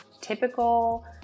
typical